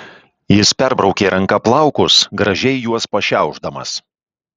jis perbraukė ranka plaukus gražiai juos pašiaušdamas